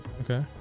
Okay